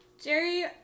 Jerry